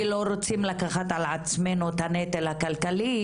לא רוצים לקחת על עצמנו את הנטל הכלכלי,